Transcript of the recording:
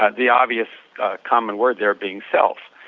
ah the obvious common word there being self,